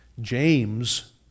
James